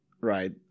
right